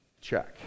check